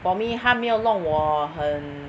for me 她没有弄我很